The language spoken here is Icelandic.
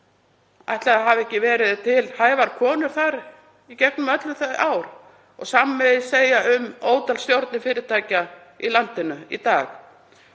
Ætli það hafi ekki verið til hæfar konur þar í gegnum öll þau ár? Hið sama má segja um ótal stjórnir fyrirtækja í landinu í dag.